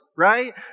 Right